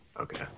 Okay